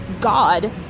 God